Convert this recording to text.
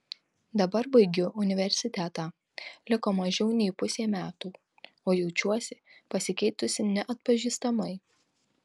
dabar baigiu universitetą liko mažiau nei pusė metų o jaučiuosi pasikeitusi neatpažįstamai